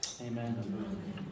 Amen